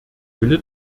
wille